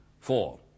Four